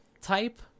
type